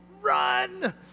run